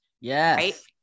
Yes